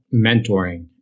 mentoring